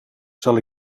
zal